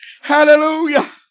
Hallelujah